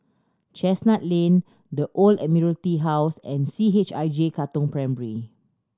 Chestnut Lane The Old Admiralty House and C H I J Katong Primary